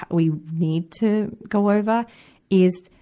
we need to go over is,